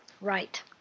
Right